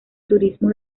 turismo